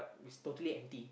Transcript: it's totally empty